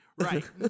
right